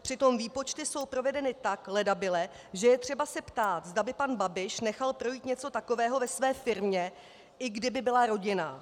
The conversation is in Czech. Přitom výpočty jsou provedeny tak ledabyle, že je třeba se ptát, zda by pan Babiš nechal projít něco takového ve své firmě, i kdyby byla rodinná.